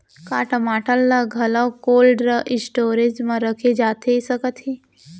का टमाटर ला घलव कोल्ड स्टोरेज मा रखे जाथे सकत हे?